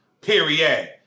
period